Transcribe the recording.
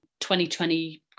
2020